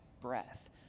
breath